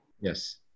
Yes